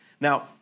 Now